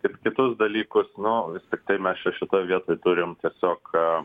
ir kitus dalykus nu vis tiktai mes čia šitoj vietoj turim tiesiog